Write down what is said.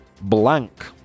blank